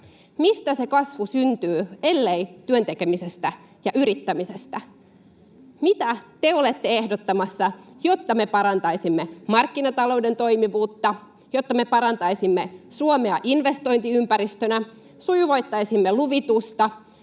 Mistä se kasvu syntyy, ellei työn tekemisestä ja yrittämisestä? Mitä te olette ehdottamassa, jotta me parantaisimme markkinatalouden toimivuutta, jotta me parantaisimme Suomea investointiympäristönä, sujuvoittaisimme luvitusta